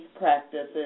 practices